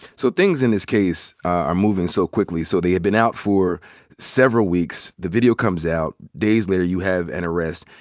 so things in the case are moving so quickly. so they had been out for several weeks. the video comes out. days later, you have an arrest.